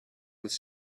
with